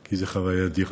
כי זו חוויה אדירה.